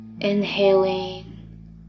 Inhaling